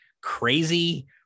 crazy